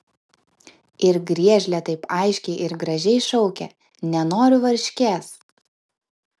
ir griežlė taip aiškiai ir gražiai šaukia nenoriu varškės